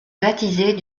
baptisée